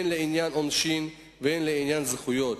הן לעניין עונשין והן לעניין זכויות.